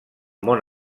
món